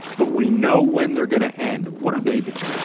but we know when they're going ah end. what are they doing?